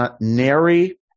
nary